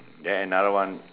then another one